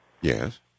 Yes